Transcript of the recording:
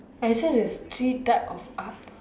as in there's three types of arts